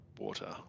Water